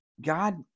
God